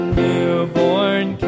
newborn